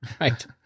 Right